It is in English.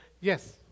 Yes